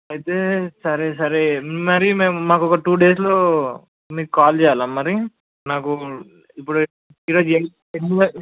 అయితే సరే సరే మరి మేము మాకు ఒక టు డేస్లో మీకు కాల్ చేయాలా మరి నాకు ఇప్పుడు ఈరోజు ఎయిట్ ఎనిమిది